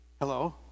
Hello